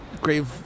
grave